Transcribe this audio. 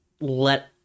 let